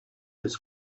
his